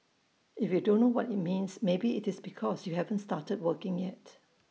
if you don't know what IT means maybe IT is because you haven't started working yet